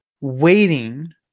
waiting